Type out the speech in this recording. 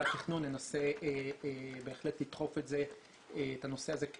התכנון ננסה לדחוף אותו בעדיפות עליונה כי